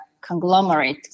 conglomerate